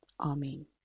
Amen